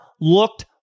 looked